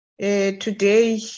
today